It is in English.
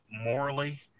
morally